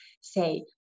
say